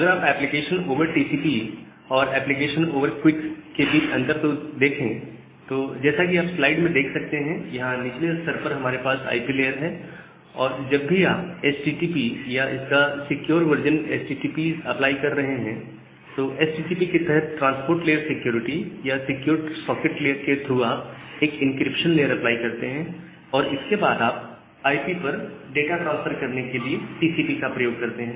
अगर आप application over TCP और एप्लीकेशन ओवर क्विक के बीच के अंतर को देखें तो जैसा कि आप यहां स्लाइड में देख सकते हैं यहां निचले स्तर पर हमारे पास आईपी लेयर है और जब भी आप एचटीटीपी या इसका सिक्योर वर्जन एचटीटीपीएस अप्लाई कर रहे हैं तो एचटीटीपी के तहत ट्रांसपोर्ट लेयर सिक्योरिटी या सिक्योर सॉकेट लेयर के थ्रू आप एक इंक्रिप्शन लेयर अप्लाई करते हैं और इसके बाद आप आईपी पर डाटा ट्रांसफर करने के लिए टीसीपी का प्रयोग करते हैं